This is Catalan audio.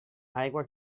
aigua